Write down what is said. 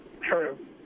True